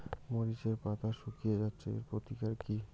মরিচের পাতা শুকিয়ে যাচ্ছে এর প্রতিকার কি?